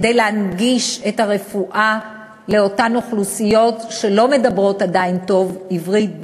כדי להנגיש את הרפואה לאוכלוסיות שעדיין אינן מדברות עברית היטב,